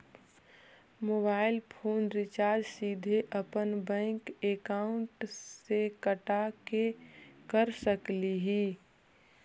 Mobile phone recharge सीधे अपन bank account से कटा के कर सकली ही?